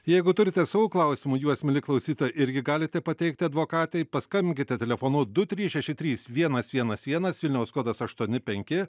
jeigu turite savų klausimų juos mieli klausytojai irgi galite pateikti advokatei paskambinkite telefonu du trys šeši trys vienas vienas vienas vilniaus kodas aštuoni penki